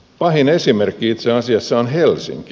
pahin esimerkki itse asiassa on helsinki